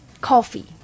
coffee